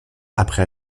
après